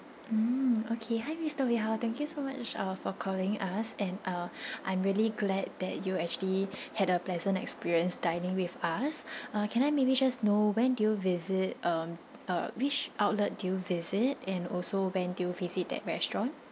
mm okay hi mister wei hao thank you so much uh for calling us and uh I'm really glad that you actually had a pleasant experience dining with us uh can I maybe just know when do you visit uh uh which outlet do you visit and also when do you visit that restaurant